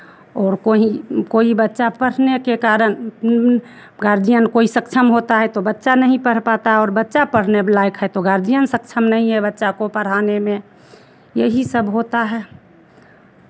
और कहीं कोई बच्चा पढ़ने के कारण गार्जियन कोई सक्षम होता है तो बच्चा नहीं पढ़ पाता और बच्चा पढ़ने लायक है तो गार्जियन सक्षम नहीं है बच्चा को पढ़ाने में यही सब होता है